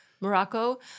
Morocco